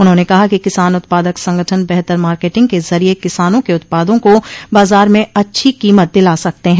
उन्होंने कहा कि किसान उत्पादक संगठन बेहतर मार्केटिंग के ज़रिये किसानों के उत्पादों को बाजार में अच्छी कीमत दिला सकते हैं